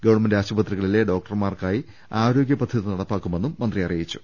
government ആശുപത്രികളിലെ ഡോക്ടർമാക്കായി ആരോഗ്യ പദ്ധതി നടപ്പാ ക്കുമെന്നും മന്ത്രി അറിയിച്ചു